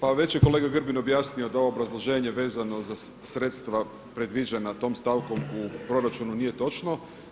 Pa već je kolega Grbin objasnio da ovo obrazloženje vezano za sredstva predviđena tim stavkom u proračunu nije točno.